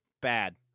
Bad